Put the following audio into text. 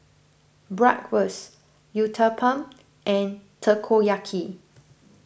Bratwurst Uthapam and Takoyaki